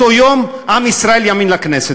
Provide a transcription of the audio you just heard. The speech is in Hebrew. באותו יום עם ישראל יאמין לכנסת.